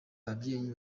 ababyeyi